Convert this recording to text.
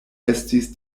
estis